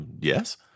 Yes